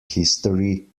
history